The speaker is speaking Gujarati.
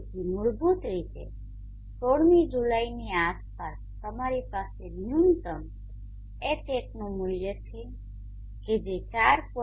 તેથી મૂળભૂત રીતે 16મી જુલાઈની આસપાસ તમારી પાસે ન્યૂનતમ Hatનુ મૂલ્ય છે કે જે 4